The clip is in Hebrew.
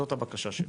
זאת הבקשה שלי.